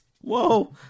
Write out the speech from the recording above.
Whoa